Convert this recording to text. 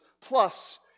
plus